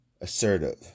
assertive